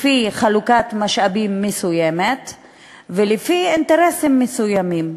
לפי חלוקת משאבים מסוימת ולפי אינטרסים מסוימים.